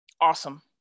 Awesome